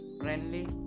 friendly